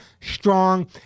strong